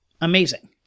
amazing